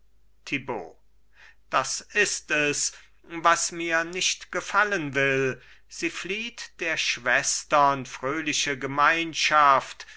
das ist es was mir nicht gefallen will sie flieht der schwestern fröhliche gemeinschaft